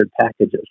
packages